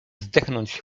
zdechnąć